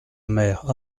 mère